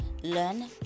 Learn